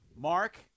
Mark